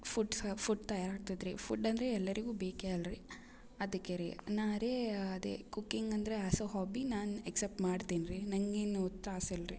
foods food ತಯಾರು ಆಗ್ತದೆ ರೀ ಫುಡ್ ಅಂದರೆ ಎಲ್ಲರಿಗು ಬೇಕು ಅಲ್ರಿ ಅದಕ್ಕೆ ರೀ ನಾ ರೀ ಅದೇ ಕುಕ್ಕಿಂಗ್ ಅಂದರೆ ಆ್ಯಸ್ ಅ ಹಾಬಿ ನಾನು ಎಕ್ಸೆಪ್ಟ್ ಮಾಡ್ತೀನಿ ರೀ ನಂಗೆ ಏನು ತ್ರಾಸ ಇಲ್ರಿ